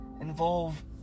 Involve